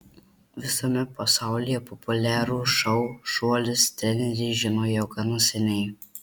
visame pasaulyje populiarų šou šuolis trenerė žino jau gana seniai